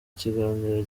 kiganiro